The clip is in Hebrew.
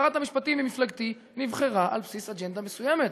שרת המשפטים ממפלגתי נבחרה על בסיס אג'נדה מסוימת,